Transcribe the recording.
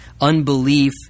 unbelief